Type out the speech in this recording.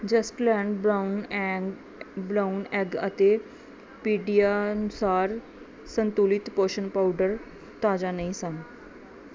just laid brown an brown egg ਅਤੇ PediaSure ਸੰਤੁਲਿਤ ਪੋਸ਼ਣ ਪਾਊਡਰ ਤਾਜ਼ਾ ਨਹੀਂ ਸਨ